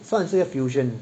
算是一个 fusion